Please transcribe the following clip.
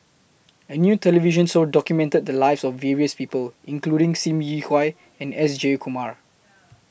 A New television Show documented The Lives of various People including SIM Yi Hui and S Jayakumar